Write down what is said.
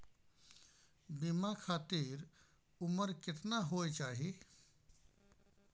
बीमा खातिर उमर केतना होय चाही?